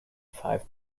five